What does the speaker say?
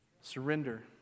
Surrender